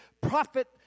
Prophet